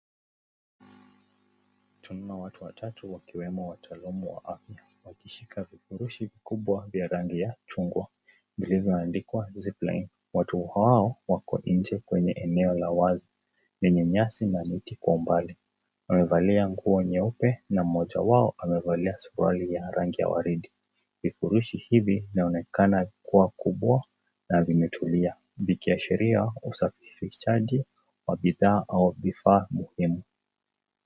Tunaona watu watatu wakiwemo wataalamu wa afya wakishika vifurishi kubwa ya rangi ya chungwa zilizo andikwa ( zip line). Watu hawa wako nje kwenye eneo la wazi lenye nyasi na miti kwa umbali. wamevalia nguo nyeupe na mmoja wao amevalia suruali ya orange . Vifurushi hivi vinaonekana kuwa kubwa na vimetulia na vikiashiria usafirishaji wa bidhaa au vifaa muhimu